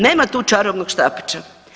Nema tu čarobnog štapića.